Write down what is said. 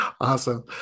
Awesome